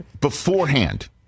beforehand